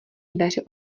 dveře